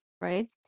right